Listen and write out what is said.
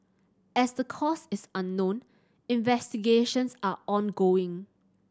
as the cause is unknown investigations are ongoing